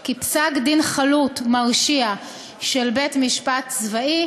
כי פסק-דין חלוט מרשיע של בית-משפט צבאי